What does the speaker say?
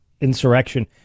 insurrection